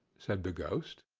said the ghost,